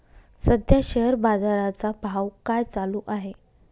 सध्या शेअर बाजारा चा भाव काय चालू आहे?